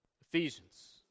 Ephesians